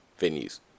venues